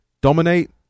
dominate